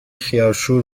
خیارشور